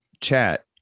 chat